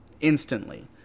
instantly